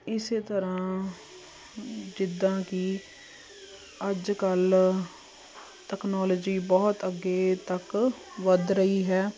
ਇਸ ਤਰ੍ਹਾਂ ਜਿੱਦਾਂ ਕਿ ਅੱਜ ਕੱਲ੍ਹ ਟੈਕਨੋਲੋਜੀ ਬਹੁਤ ਅੱਗੇ ਤੱਕ ਵੱਧ ਰਹੀ ਹੈ